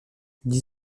dix